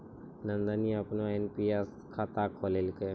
नंदनी अपनो एन.पी.एस खाता खोललकै